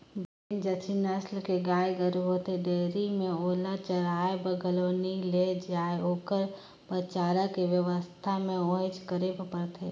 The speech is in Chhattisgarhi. जेन जरसी नसल के गाय गोरु होथे डेयरी में ओला चराये बर घलो नइ लेगे जाय ओखर बर चारा के बेवस्था ल उहेंच करे बर परथे